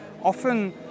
often